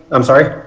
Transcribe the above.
i'm sorry?